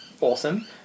awesome